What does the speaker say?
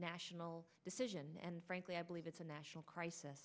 national decision and frankly i believe it's a national crisis